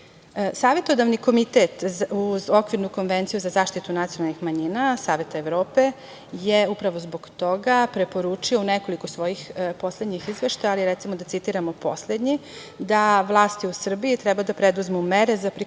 komitet uz okvirnu Konvenciju za zaštitu nacionalnih manjina Saveta Evrope je upravo zbog toga preporučio u nekoliko svojih poslednjih izveštaja, ali recimo da citiramo poslednji – da vlasti u Srbiji treba da preduzmu mere za prikupljanje